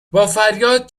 بافریاد